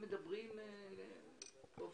לחבר